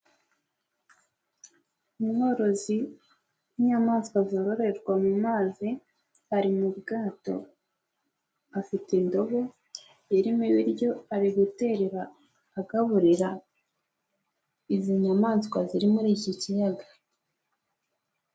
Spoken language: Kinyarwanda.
Umworozi w'inyamaswa zororerwa mu mazi ari mu bwato, afite indobo irimo ibiryo ari guterera agaburira izi nyamaswa ziri muri iki kiyaga.